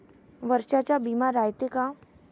वर्षाचा बिमा रायते का?